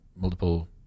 multiple